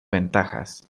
ventajas